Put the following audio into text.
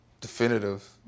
definitive